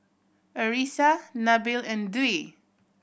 Arissa Nabil and Dwi